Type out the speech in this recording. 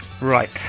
Right